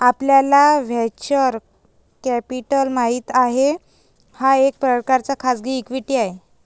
आपल्याला venture capital माहित आहे, हा एक प्रकारचा खाजगी इक्विटी आहे